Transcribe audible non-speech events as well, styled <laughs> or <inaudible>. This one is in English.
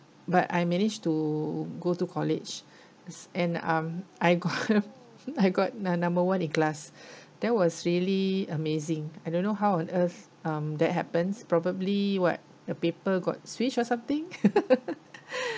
but I manage to go to college and um I got I got num~ number one in class that was really amazing I don't know how on earth um that happens probably what the paper got switch or something <laughs>